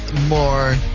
more